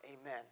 Amen